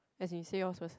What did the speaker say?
as in say yours first